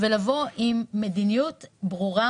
עם מדיניות ברורה